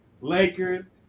Lakers